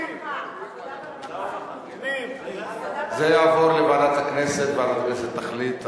זה יעבור לוועדת הכנסת וועדת הכנסת תחליט.